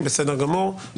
בסדר גמור.